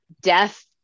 death